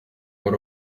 wari